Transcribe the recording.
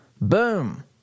Boom